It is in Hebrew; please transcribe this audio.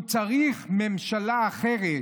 הוא צריך ממשלה אחרת,